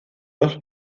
dos